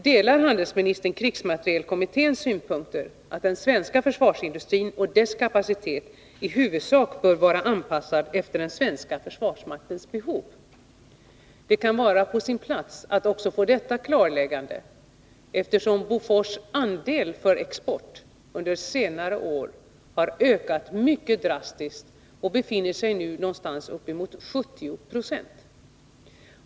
Delar handelsministern krigsmaterielkommitténs synsätt, att den svenska försvarsindustrin och dess kapacitet i huvudsak bör vara anpassad efter den svenska försvarsmaktens behov? Det kan vara på sin plats att få också detta klarläggande, eftersom andelen för export av Bofors produktion under senare år har ökat mycket drastiskt och nu befinner sig någonstans uppemot 70 26.